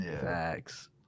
Facts